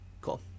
Cool